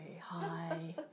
hi